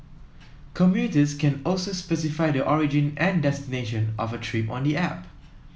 commuters can also specify the origin and destination of a trip on the app